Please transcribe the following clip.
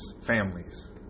families